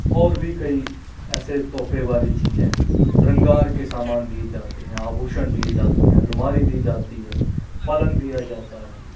और भी कई ऐसे तोहफ़े वाली चीज़ें श्रृंगार के सामान दिए जाते हैं आभूषण दिए जाते हैं अलमारी दी जाती है पलंग दिया जाता है